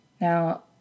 Now